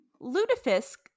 Ludafisk